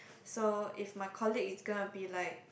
so if my colleague is gonna be like